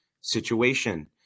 situation